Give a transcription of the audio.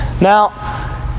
Now